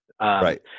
Right